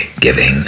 giving